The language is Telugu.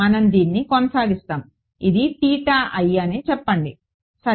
మనం దీన్ని కొనసాగిస్తాము ఇది అని చెప్పండి సరే